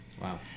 Wow